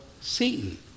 Satan